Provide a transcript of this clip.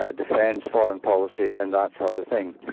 ah defence, foreign policy and that sort of thing.